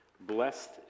blessed